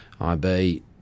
IB